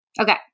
Okay